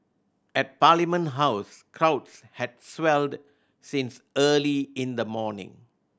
at Parliament House crowds had swelled since early in the morning